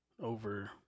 over